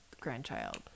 grandchild